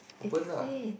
open lah